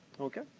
okay?